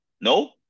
No